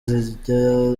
zijya